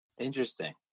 Interesting